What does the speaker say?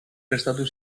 prestatu